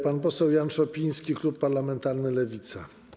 Pan poseł Jan Szopiński, klub parlamentarny Lewica.